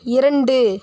இரண்டு